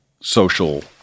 social